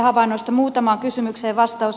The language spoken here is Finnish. muutamaan kysymykseen vastaus